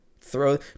throw